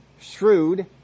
shrewd